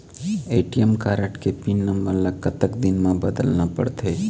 ATM card के PIN number ला कतक दिन म बदलना पड़थे?